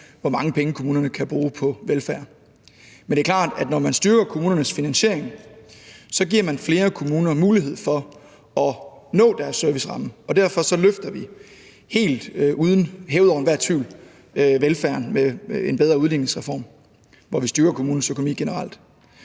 hvor mange penge kommunerne kan bruge på velfærd. Men det er klart, at når man styrker kommunernes finansiering, giver man flere kommuner mulighed for at nå deres serviceramme, og derfor løfter vi – hævet over enhver tvivl – velfærden med en bedre udligningsreform her, hvor vi styrker kommunernes økonomi generelt.